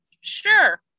sure